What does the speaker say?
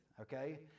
Okay